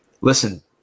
Listen